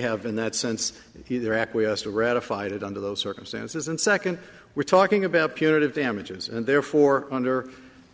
have in that sense he there acquiesced ratified it under those circumstances and second we're talking about punitive damages and therefore under